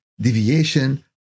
deviation